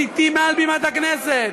מסיתים מעל בימת הכנסת.